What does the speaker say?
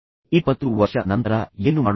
25 ವರ್ಷಗಳ ನಂತರ ನೀವು ಏನು ಮಾಡುತ್ತೀರಿ